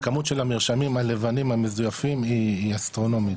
הכמות של המרשמים הלבנים המזויפים היא אסטרונומית,